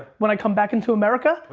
when i come back in to america,